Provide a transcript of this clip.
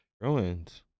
Ruins